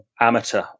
amateur